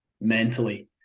mentally